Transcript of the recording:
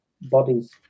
bodies